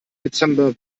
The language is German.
dezember